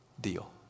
deal